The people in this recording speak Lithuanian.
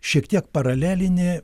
šiek tiek paralelinį